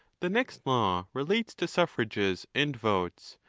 the next law relates to suffrages and votes,